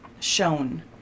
shown